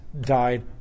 died